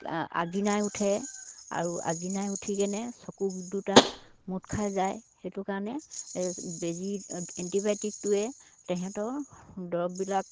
আৰ্জিনাই উঠে আৰু আৰ্জিনাই উঠি কিনে চকু দুটা মোদ খাই যায় সেইটো কাৰণে বেজি এণ্টিবায়'টিকটোৱে তেহেঁতৰ দৰৱবিলাক